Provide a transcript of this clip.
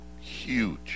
huge